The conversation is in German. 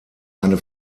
eine